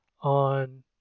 on